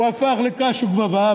שהוא הפך לקש וגבבה,